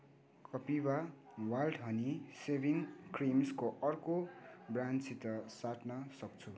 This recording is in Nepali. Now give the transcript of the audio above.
कपिभा वाइल्ड हनीलाई सेभिङ क्रिमको अर्को ब्रान्डसित साट्नसक्छु